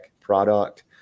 product